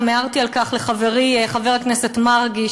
גם הערתי על כך לחברי חבר הכנסת מרגי,